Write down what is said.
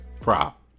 prop